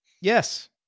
Yes